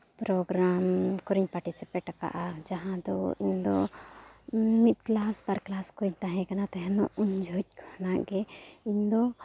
programme ᱠᱚᱨᱮᱧ participate ᱟᱠᱟᱫᱟ ᱡᱟᱦᱟᱸ ᱫᱚ ᱤᱧᱫᱚ ᱢᱤᱫ ᱠᱞᱟᱥ ᱵᱟᱨ ᱠᱞᱟᱥ ᱠᱷᱚᱱ ᱤᱧ ᱛᱟᱦᱮᱸ ᱠᱟᱱᱟ ᱛᱟᱦᱮᱸ ᱦᱚᱸ ᱩᱱ ᱡᱚᱠᱷᱚᱱ ᱠᱷᱚᱱᱟᱜ ᱜᱮ ᱤᱧᱫᱚ